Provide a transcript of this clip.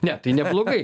ne tai neblogai